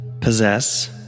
Possess